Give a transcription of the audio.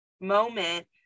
moment